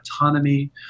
autonomy